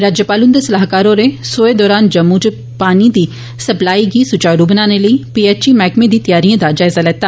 राज्यपाल हुंदे सलाहकार होरें सोए दरान जम्मू च पानी दी सप्लाई गी सुचारू बनाने लेई पीएचई मैह्कमे दी तैआरिएं दा जायजा लैता